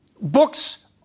books